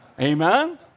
Amen